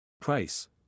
Price